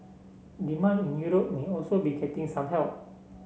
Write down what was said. demand in Europe may also be getting some help